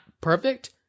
perfect